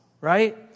right